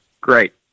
Great